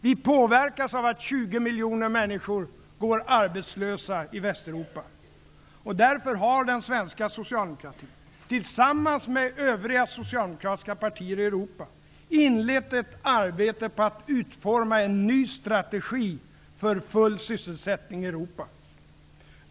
Vi påverkas av att 20 miljoner människor går arbetslösa i Därför har den svenska socialdemokratin, tillsammans med övriga socialdemokratiska partier i Europa, inlett ett arbete med att utforma en ny strategi för full sysselsättning i Europa.